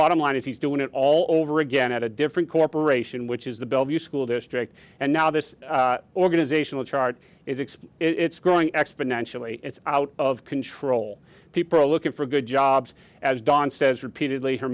bottom line is he's doing it all over again at a different corporation which is the bellevue school district and now this organizational chart is exposed it's growing exponentially it's out of control people are looking for good jobs as don says repeatedly her